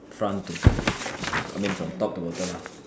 front to I mean from top to bottom lah